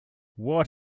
what